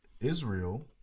Israel